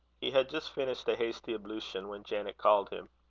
he had just finished a hasty ablution when janet called him.